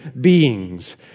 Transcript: beings